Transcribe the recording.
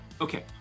Okay